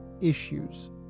issues